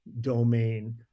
domain